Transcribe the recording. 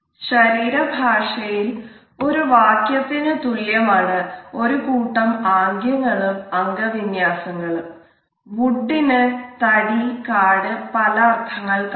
ശരീര ഭാഷയിൽ ഒരു വാക്യത്തിനു തുല്യമാണ് ഒരു കൂട്ടം ആംഗ്യങ്ങളുംവുഡിന് തടികാട് പല അർഥങ്ങൾ കാണും